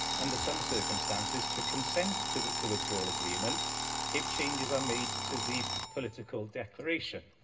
under some circumstances, to consent to the withdrawal agreement if changes are made to the political declaration,